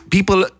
People